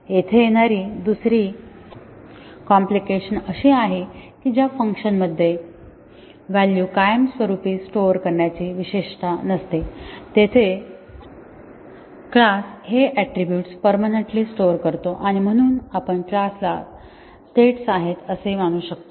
येथे येणारी दुसरी कॉम्पलिकसी अशी आहे की ज्या फंक्शन्स मध्ये व्हॅलू कायमस्वरूपी स्टोअर करण्याची विशेषता नसते तेथे क्लास हे ऍट्रिब्युटस परमनंटली स्टोअर करतो आणि म्हणून आपण क्लास ला स्टेट्स आहेत असे मानू शकतो